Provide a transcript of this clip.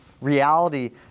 reality